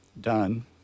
done